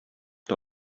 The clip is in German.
der